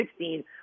2016